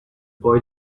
boy